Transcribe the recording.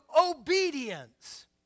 obedience